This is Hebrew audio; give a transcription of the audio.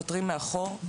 נותרים מאחור,